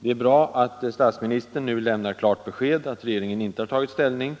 Det är bra att statsministern nu lämnar klart besked om att regeringen inte har tagit ställning.